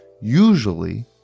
Usually